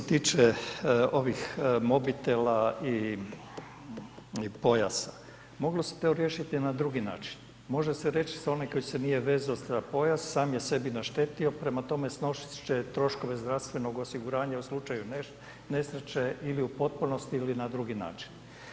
Prvo, što se tiče ovih mobitela i pojasa, moglo se to riješiti na drugi način, može se reći za onog koji se nije vezao za pojas, sam je sebi naštetio, prema tome, snosit će troškove zdravstvenog osiguranja u slučaju nesreće ili u potpunosti, ili na drugi način.